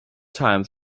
times